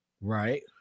right